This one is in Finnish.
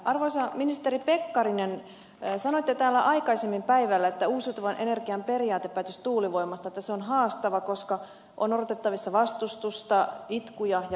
arvoisa ministeri pekkarinen sanoitte täällä aikaisemmin päivällä että uusiutuvan energian periaatepäätös tuulivoimasta on haastava koska on odotettavissa vastustusta itkuja ja valituksia